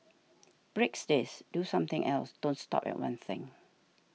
breaks this do something else don't stop at one thing